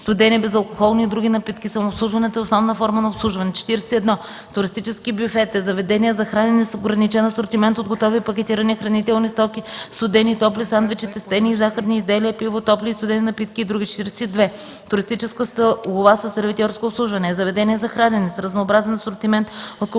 студени, безалкохолни и други напитки. Самообслужването е основна форма на обслужване. 41. „Туристически бюфет” е заведение за хранене с ограничен асортимент от готови и пакетирани хранителни стоки, студени и топли сандвичи, тестени и захарни изделия, пиво, топли и студени напитки и други. 42. „Туристическа столова със сервитьорско обслужване” е заведение за хранене с разнообразен асортимент от